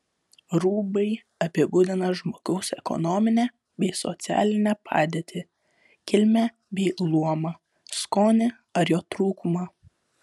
rūbai apibūdina žmogaus ekonominę bei socialinę padėtį kilmę bei luomą skonį ar jo trūkumą